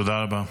תודה רבה.